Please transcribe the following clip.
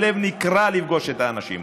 הלב נקרע לפגוש את האנשים האלה.